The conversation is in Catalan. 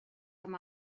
amb